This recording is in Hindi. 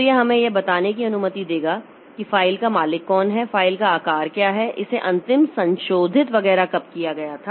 तो यह हमें यह बताने की अनुमति देगा कि फ़ाइल का मालिक कौन है फ़ाइल का आकार क्या है इसे अंतिम संशोधित वगैरह कब किया गया था